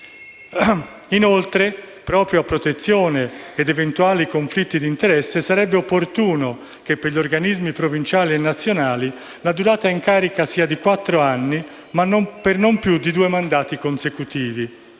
Inoltre, proprio a protezione da eventuali conflitti di interesse sarebbe opportuno che per gli organismi provinciali e nazionali la durata in carica sia di quattro anni, per non più di due mandati consecutivi,